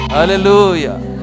Hallelujah